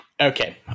Okay